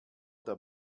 der